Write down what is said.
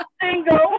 single